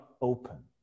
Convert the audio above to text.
open